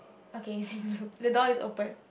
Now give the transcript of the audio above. okay you can leave the door is open